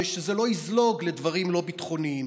כדי שזה לא יזלוג לדברים לא ביטחוניים.